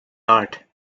art